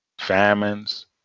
famines